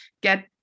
get